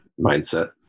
mindset